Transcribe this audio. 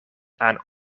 aan